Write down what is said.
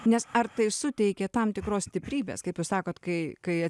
nes ar tai suteikė tam tikros stiprybės kaip jūs sakot kai kai